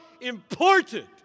important